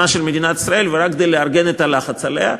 של מדינת ישראל ורק כדי לארגן את הלחץ עליה.